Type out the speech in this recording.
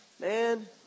Man